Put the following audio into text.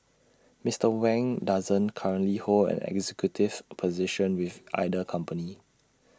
Mister Wang doesn't currently hold an executive position with either company